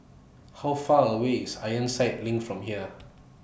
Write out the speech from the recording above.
How Far away IS Ironside LINK from here